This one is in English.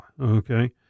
okay